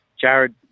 Jared